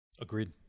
Agreed